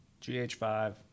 gh5